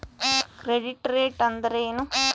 Credit rate ಅಂದರೆ ಏನು?